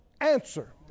answer